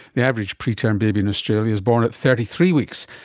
the average preterm baby in australia is born at thirty three weeks,